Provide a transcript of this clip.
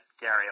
Gary